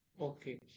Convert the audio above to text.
Okay